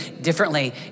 differently